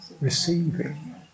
receiving